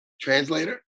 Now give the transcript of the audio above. Translator